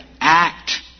act